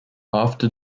after